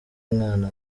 mwana